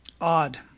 odd